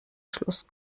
schluss